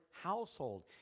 household